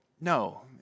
no